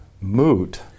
moot